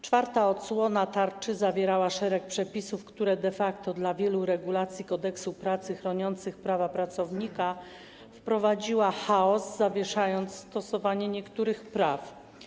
Czwarta odsłona tarczy zawierała szereg przepisów, które de facto w wypadku wielu regulacji Kodeksu pracy chroniących prawa pracownika wprowadziły chaos, zawieszając stosowanie niektórych praw.